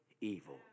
evil